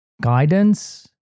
guidance